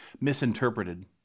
misinterpreted